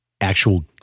Actual